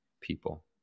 people